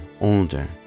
older